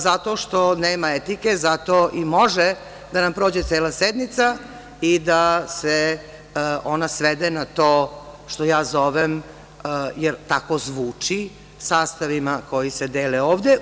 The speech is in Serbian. Zato što nema etike, zato i može da nam prođe cela sednica i da se ona svede na to što ja zovem, jer tako zvuči, sastavima koji se dele ovde.